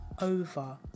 over